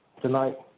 tonight